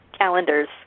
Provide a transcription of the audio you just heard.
calendars